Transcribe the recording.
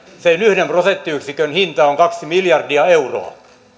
sen yhden prosenttiyksikön hinta on kaksi miljardia euroa